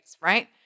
right